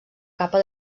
capa